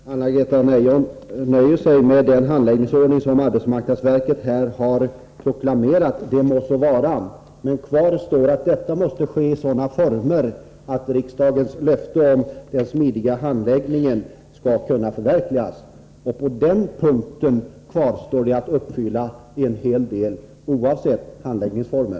Herr talman! Att Anna-Greta Leijon nöjer sig med den handläggning som arbetsmarknadsverket här har proklamerat må så vara. Kvar står att detta måste ske i sådana former att riksdagens löfte om den smidiga handläggningen skall kunna förverkligas. På den punkten kvarstår att uppfylla en hel del oavsett handläggningsformer.